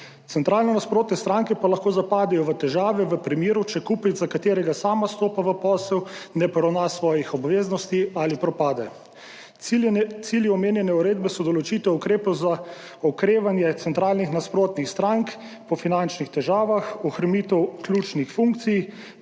Centralno nasprotne stranke pa lahko zapadejo v težave v primeru, če kupec, za katerega sam stopa v posel, ne poravna svojih obveznosti ali propade. Cilji omenjene uredbe so določitev ukrepov za okrevanje centralnih nasprotnih strank po finančnih težavah, ohromitev ključnih funkcij,